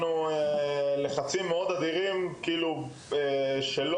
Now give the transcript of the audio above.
עלינו לחצים גדולים מאוד על מנת שלא